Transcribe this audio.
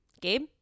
gabe